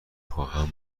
خواهم